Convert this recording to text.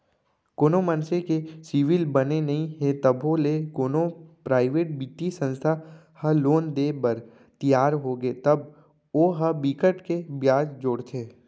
कोनो मनसे के सिविल बने नइ हे तभो ले कोनो पराइवेट बित्तीय संस्था ह लोन देय बर तियार होगे तब ओ ह बिकट के बियाज जोड़थे